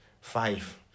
five